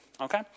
Okay